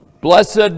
blessed